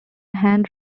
hand